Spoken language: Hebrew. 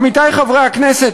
עמיתי חברי הכנסת,